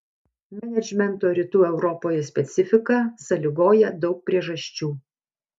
menedžmento rytų europoje specifiką sąlygoja daug priežasčių